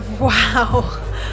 Wow